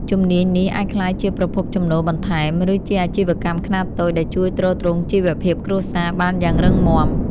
ជំនាញនេះអាចក្លាយជាប្រភពចំណូលបន្ថែម ឬជាអាជីវកម្មខ្នាតតូចដែលជួយទ្រទ្រង់ជីវភាពគ្រួសារបានយ៉ាងរឹងមាំ។